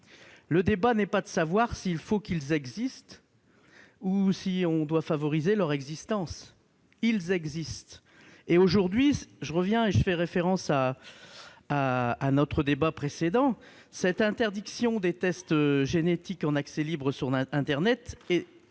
Le débat n'est pas de savoir s'il faut qu'ils existent ou si l'on doit favoriser leur existence : ils existent. Aujourd'hui, je fais référence à un débat précédent, l'interdiction des tests génétiques en accès libre sur internet est